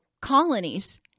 colonies